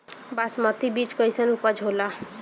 बासमती बीज कईसन उपज होला?